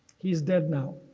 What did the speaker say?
he's dead now,